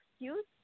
excuse